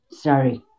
Sorry